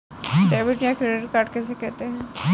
Debit या credit card किसे कहते हैं?